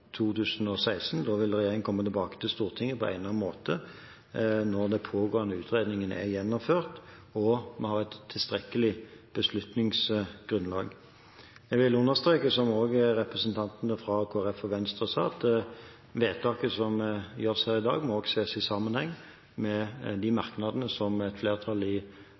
2016. Da vil regjeringen komme tilbake til Stortinget på egnet måte – når den pågående utredningen er gjennomført, og vi har et tilstrekkelig beslutningsgrunnlag. Jeg vil understreke det som også representantene fra Kristelig Folkeparti og Venstre sa, at vedtaket som gjøres her i dag, må ses i sammenheng med de merknadene som et flertall i